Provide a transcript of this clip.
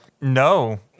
no